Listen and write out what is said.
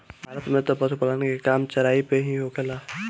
भारत में तअ पशुपालन के काम चराई पे ही होखेला